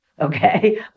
okay